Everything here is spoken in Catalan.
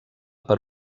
per